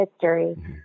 history